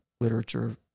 literature